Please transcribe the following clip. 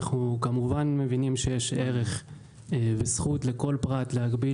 אנחנו כמובן מבינים שיש ערך וזכות לכל פרט להגביל